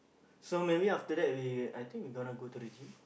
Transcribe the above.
so maybe after that we I think we gonna go to the gym